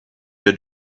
your